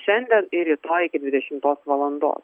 šiandien ir rytoj iki dvidešimos valandos